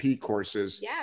courses